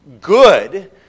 good